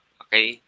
okay